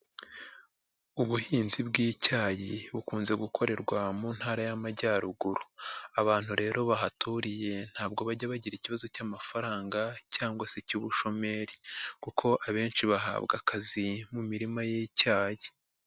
Ubuhinzi bw'icyayi bukunze gukorerwa mu ntara y'Amajyaruguru, abantu rero bahaturiye ntabwo bajya bagira ikibazo cy'amafaranga cyangwa se icy'ubushomeri kuko abenshi bahabwa akazi mu mirima y'icyayi.